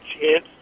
chance